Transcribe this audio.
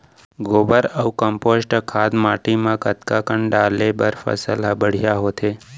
गोबर अऊ कम्पोस्ट खाद माटी म कतका कन डाले बर फसल ह बढ़िया होथे?